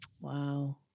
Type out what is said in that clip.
Wow